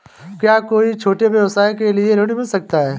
क्या कोई छोटे व्यवसाय के लिए ऋण मिल सकता है?